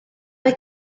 mae